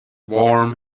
warm